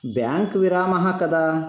bank विरामः कदा